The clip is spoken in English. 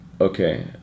okay